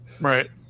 Right